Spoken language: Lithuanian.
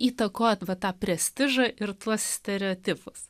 įtakojo tvarką prestižą ir tuos stereotipus